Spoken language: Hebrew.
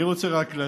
אני רוצה רק להזכיר: